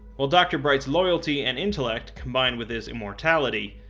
while dr. bright's loyalty and intellect, combined with his immortality,